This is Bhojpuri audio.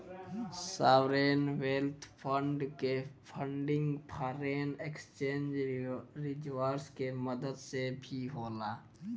सॉवरेन वेल्थ फंड के फंडिंग फॉरेन एक्सचेंज रिजर्व्स के मदद से भी होला